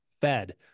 fed